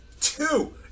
Two